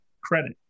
credit